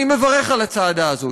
אני מברך על הצעדה הזאת.